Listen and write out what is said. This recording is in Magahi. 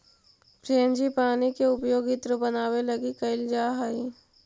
फ्रेंजीपानी के उपयोग इत्र बनावे लगी कैइल जा हई